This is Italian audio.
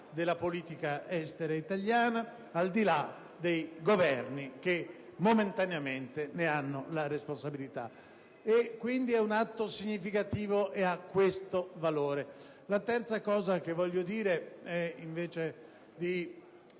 della politica estera italiana, al di là dei Governi che momentaneamente ne hanno la responsabilità. Quindi è un atto significativo, poiché ha questo valore. La terza valutazione che